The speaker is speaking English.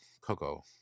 Coco